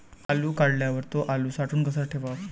आलू काढल्यावर थो आलू साठवून कसा ठेवाव?